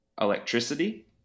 Electricity